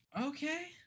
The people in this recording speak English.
okay